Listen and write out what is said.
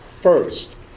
first